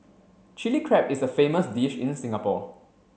Chilli Crab is a famous dish in Singapore